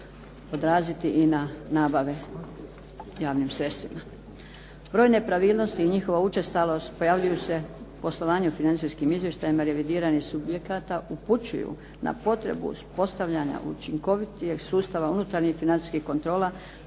odraziti i na nabave javnim sredstvima. Broj nepravilnosti i njihova učestalost pojavljuju se u poslovanju financijskim izvještajem revidiranih subjekata, upućuju na potrebu uspostavljanja učinkovitijeg sustava unutarnjih financijskih kontrola.